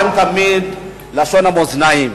אתם תמיד לשון המאזניים.